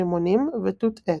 רימונים ותות עץ.